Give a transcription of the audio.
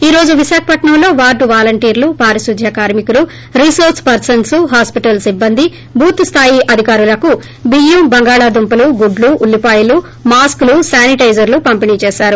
ఈ రోజు విశాఖపట్నంలో వార్డు వాలంటీర్లు పారిశుద్య కార్మికులు రినోర్స్ పర్పన్స్ హాస్పిటల్ సిబ్బంది బూత్ స్థాయి అధికారులకు బియ్యం బంగాళ దుంపలు గుడ్లు ఉల్లిపాయలు మాస్కీ లు శానిటైజర్లు పంపిణీ చేశారు